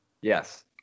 Yes